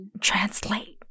translate